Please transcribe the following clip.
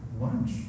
lunch